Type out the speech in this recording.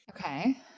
Okay